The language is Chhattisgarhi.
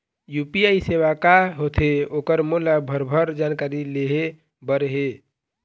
यू.पी.आई सेवा का होथे ओकर मोला भरभर जानकारी लेहे बर हे?